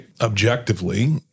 objectively